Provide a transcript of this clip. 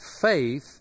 faith